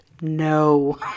No